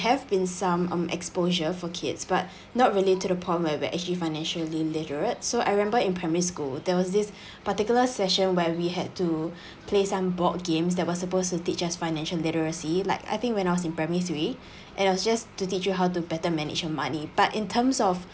have been some um exposure for kids but not related upon where we're actually financially literate so I remember in primary school there was this particular session where we had to play some board games that was supposed to teach us financial literacy like I think when I was in primary three and I was just to teach you how to better manage your money but in terms of